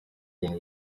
ibintu